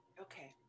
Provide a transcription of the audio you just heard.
Okay